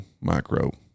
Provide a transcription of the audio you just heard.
micro